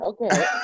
Okay